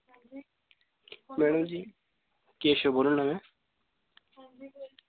madam ji Keshav बोल्ला ना मैं